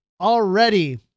already